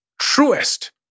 truest